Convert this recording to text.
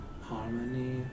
harmony